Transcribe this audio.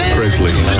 Presley